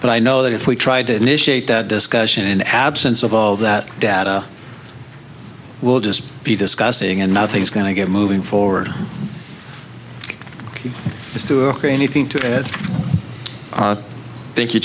but i know that if we tried to initiate that discussion in absence of all that data will just be discussing and nothing's going to get moving forward anything to that thank you